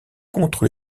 contre